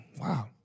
Wow